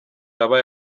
iraba